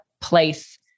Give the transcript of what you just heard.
place